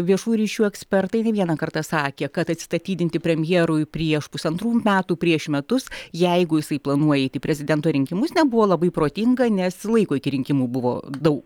viešųjų ryšių ekspertai ne vieną kartą sakė kad atsistatydinti premjerui prieš pusantrų metų prieš metus jeigu jisai planuoja eiti į prezidento rinkimus nebuvo labai protinga nes laiko iki rinkimų buvo daug